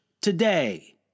today